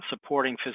supporting